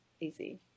easy